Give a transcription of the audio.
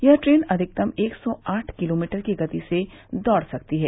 यह ट्रेन अधिकतम एक सौ साठ किलोमीटर की गति से दौड़ सकती है